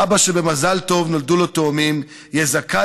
אבא שבמזל טוב נולדו לו תאומים יהיה זכאי